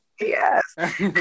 yes